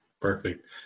Perfect